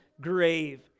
grave